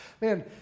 Man